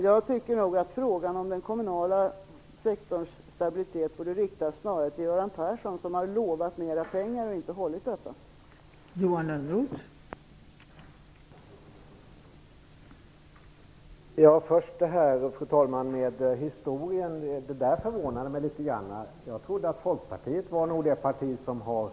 Jag tycker nog att frågan om den kommunala sektorns stabilitet borde riktas snarare till Göran Persson, som har lovat mera pengar men inte hållit detta löfte.